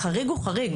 החריג הוא חריג.